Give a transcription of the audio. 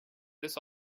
this